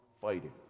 fighting